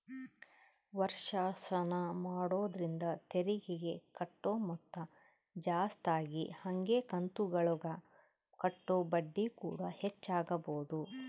ವರ್ಷಾಶನ ಮಾಡೊದ್ರಿಂದ ತೆರಿಗೆಗೆ ಕಟ್ಟೊ ಮೊತ್ತ ಜಾಸ್ತಗಿ ಹಂಗೆ ಕಂತುಗುಳಗ ಕಟ್ಟೊ ಬಡ್ಡಿಕೂಡ ಹೆಚ್ಚಾಗಬೊದು